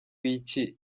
iki